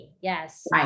Yes